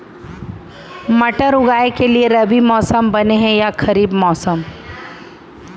मटर उगाए के लिए रबि मौसम बने हे या खरीफ मौसम?